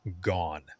Gone